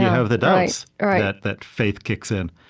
have the doubts that faith kicks in.